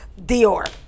Dior